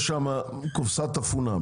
נניח שיש קופסת אפונה,